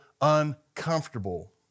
uncomfortable